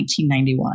1991